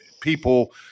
people